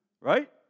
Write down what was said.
Right